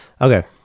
Okay